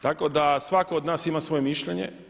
Tako da svako od nas ima svoje mišljenje.